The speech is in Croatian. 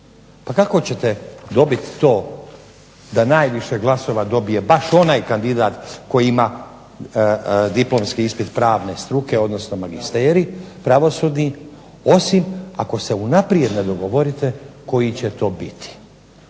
Pa kako ćete dobiti to da najviše glasova dobije baš onaj kandidat koji ima diplomski ispit pravne struke, odnosno magisterij pravosudni osim ako se unaprijed ne dogovorite koji će to biti.